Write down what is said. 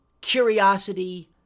curiosity